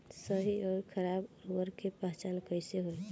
सही अउर खराब उर्बरक के पहचान कैसे होई?